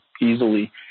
easily